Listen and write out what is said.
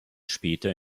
später